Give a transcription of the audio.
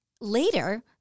later